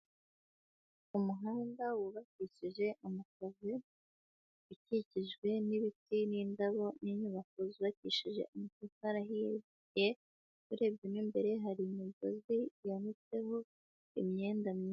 Umuhanda wubakikishijwe amapave ukikijwe n'ibiti n'indabo n'inyubako zubakishije amatafari ahiye, urebye mo imbere hari imigozi yanditseho imyenda.